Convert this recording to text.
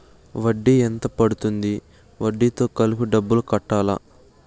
వడ్డీ ఎంత పడ్తుంది? వడ్డీ తో కలిపి డబ్బులు కట్టాలా?